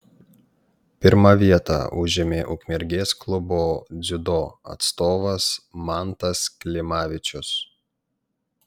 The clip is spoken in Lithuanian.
pirmą vietą užėmė ukmergės klubo dziudo atstovas mantas klimavičius